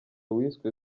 wiswe